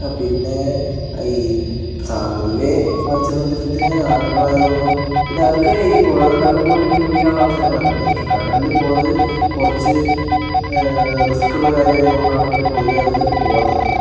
ആ പിന്നെ ഈ സാ പൊതുവെ മത്സ്യബന്ധനത്തിന് ആണുങ്ങൾ ആയത്കൊണ്ടും പിന്നെ അവർക്ക് ഈ പുഴകളിലും ഒക്കെ പോയിട്ട് മീൻ പിടിക്കാൻ ഉള്ള അവസരങ്ങളൊക്കെ ഉണ്ട് പക്ഷെ കടലിൽ പോകുന്നത് കുറച്ച് റിസ്ക്കുള്ള കാര്യം ആയത് കൊണ്ടാണ് പിന്നെ പൊതുവേ അവര് പോവാത്തത്